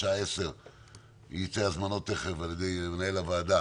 בשעה 10:00 יצאו הזמנות על ידי מנהל הוועדה